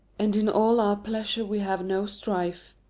and in all our pleasure we have no strife.